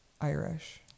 irish